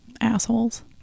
Assholes